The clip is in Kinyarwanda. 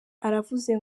aravuga